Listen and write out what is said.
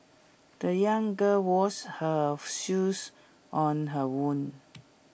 the young girl washed her shoes on her own